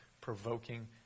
provoking